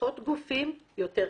לפחות גופים יותר כסף.